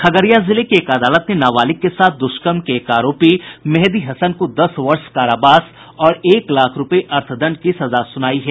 खगड़िया जिले की एक अदालत ने नाबालिंग के साथ द्वष्कर्म के एक आरोपी मेंहदी हसन को दस वर्ष कारावास और एक लाख रूपये के अर्थदंड की सजा सुनायी है